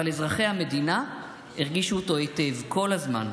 אבל אזרחי המדינה הרגישו אותו היטב כל הזמן.